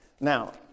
Now